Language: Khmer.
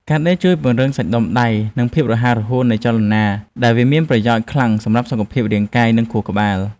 ការដេរជួយពង្រឹងសាច់ដុំដៃ និងភាពរហ័សរហួននៃចលនា ដែលវាមានប្រយោជន៍ខ្លាំងសម្រាប់សុខភាពរាងកាយ និងខួរក្បាល។